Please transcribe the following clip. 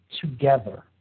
together